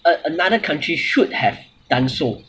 a another country should have done so